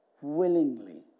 willingly